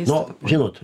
no žinot